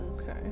Okay